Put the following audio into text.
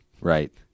Right